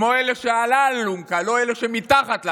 כמו אלה שעל האלונקה, לא אלה שמתחת לאלונקה.